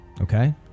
Okay